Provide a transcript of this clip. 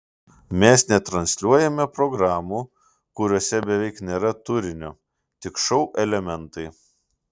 mes netransliuojame programų kuriose beveik nėra turinio tik šou elementai